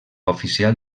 oficial